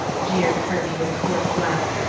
jeered kirby, with a coarse laugh.